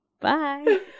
Bye